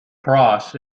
cross